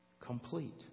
complete